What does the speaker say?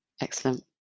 Excellent